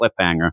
Cliffhanger